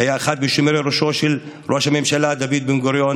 שהיה אחד משומרי ראשו של ראש הממשלה דוד בן-גוריון,